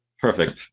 Perfect